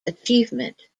achievement